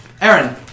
Aaron